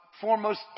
foremost